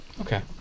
Okay